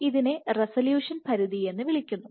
ഇതിനെ റെസല്യൂഷൻ പരിധി എന്ന് വിളിക്കുന്നു